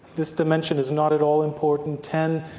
this dimension is not at all important ten,